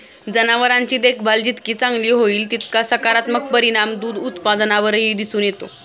जनावरांची देखभाल जितकी चांगली होईल, तितका सकारात्मक परिणाम दूध उत्पादनावरही दिसून येतो